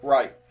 Right